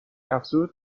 افزود